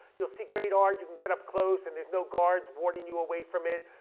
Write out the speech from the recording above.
you'll see great art, you can get up close, and there's no guards warding you away from it.